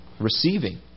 receiving